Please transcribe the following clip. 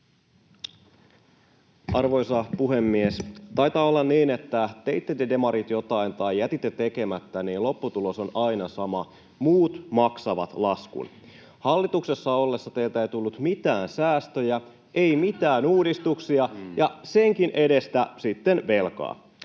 Arvoisa puhemies! Taitaa olla niin, että teitte te demarit jotain tai jätitte tekemättä, niin lopputulos on aina sama: muut maksavat laskun. Hallituksessa ollessanne teiltä ei tullut mitään säästöjä, [Välihuuto vasemmalta] ei mitään uudistuksia ja senkin edestä sitten velkaa,